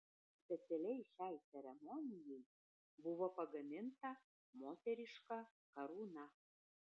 specialiai šiai ceremonijai buvo pagaminta moteriška karūna